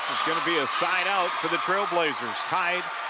going to be a side out for the trailblazers, tied,